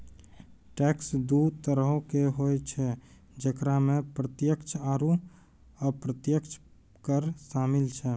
tax दु तरहो के होय छै जेकरा मे प्रत्यक्ष आरू अप्रत्यक्ष कर शामिल छै